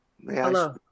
Hello